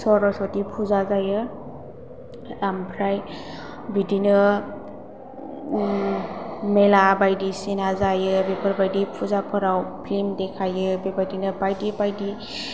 सर'सथि फुजा जायो ओमफ्राय बिदिनो मेला बायदिसिना जायो बेफोर बादि फुजाफोराव फिल्म देखायो बेबादिनो बायदि बायदि